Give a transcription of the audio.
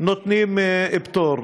נותנים פטור.